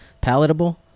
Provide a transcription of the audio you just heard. palatable